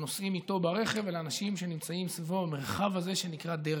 לנוסעים איתו ברכב ולאנשים שנמצאים סביבו במרחב הזה שנקרא דרך.